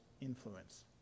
influence